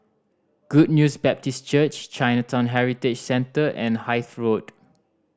Good News Baptist Church Chinatown Heritage Centre and Hythe Road